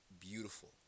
beautiful